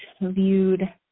viewed